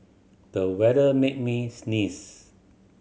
the weather made me sneeze